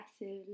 massive